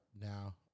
now